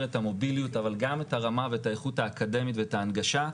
את המוביליות אבל גם את הרמה ואת האיכות האקדמית ואת ההנגשה,